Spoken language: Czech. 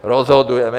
Rozhodujeme.